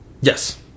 Yes